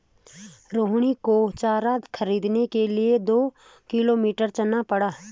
रोहिणी को चारा खरीदने के लिए दो किलोमीटर जाना पड़ा